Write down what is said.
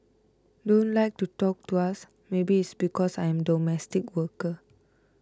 don't like to talk to us maybe it's because I am domestic worker